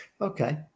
okay